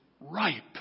ripe